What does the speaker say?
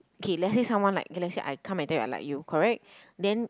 K let's say someone like K let's say I come and tell you I like you correct then